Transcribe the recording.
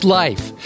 life